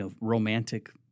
romantic